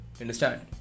Understand